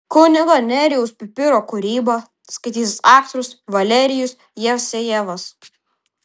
kunigo nerijaus pipiro kūrybą skaitys aktorius valerijus jevsejevas